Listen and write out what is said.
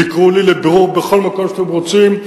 תקראו לי לבירור בכל מקום שאתם רוצים,